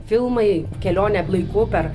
filmai kelionė laiku per